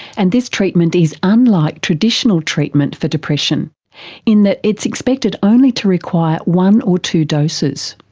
and this treatment is unlike traditional treatment for depression in that it's expected only to require one or two doses.